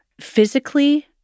physically